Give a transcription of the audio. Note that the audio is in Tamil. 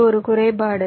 இது ஒரு குறைபாடு